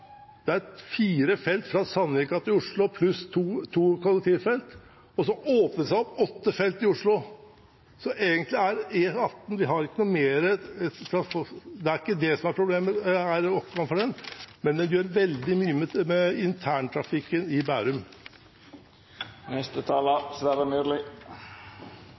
det er fire felt fra Sandvika til Oslo, pluss to kollektivfelt, og så åpnes det for åtte felt i Oslo. Det er ikke det som er problemet, at det er åpnet for den, men det gjør veldig mye med interntrafikken i Bærum.